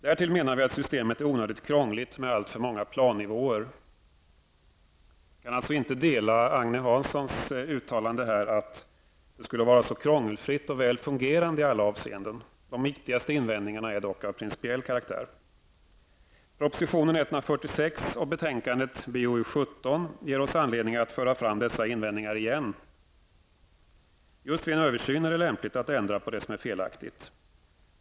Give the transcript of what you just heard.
Därtill menar vi att systemet är onödigt krångligt med alltför många plannivåer. Jag delar alltså inte Agne Hanssons uppfattning att det skulle vara så krångelfritt och välfungerande i alla avseenden. De viktigaste invändningarna är dock av principiell karaktär. Propositionen 146 och betänkandet BoU17 ger oss anledning att föra fram dessa invändningar igen. Just vid en översyn är det lämpligt att ändra på det som är felaktigt.